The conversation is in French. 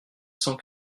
cent